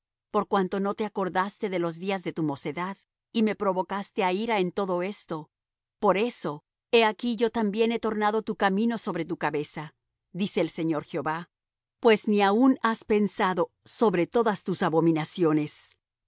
por cuanto no te acordaste de los días de tu mocedad y me provocaste á ira en todo esto por eso he aquí yo también he tornado tu camino sobre tu cabeza dice el señor jehová pues ni aun has pensado sobre todas tus